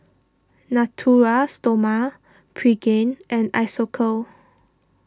Natura Stoma Pregain and Isocal